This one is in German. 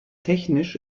technisch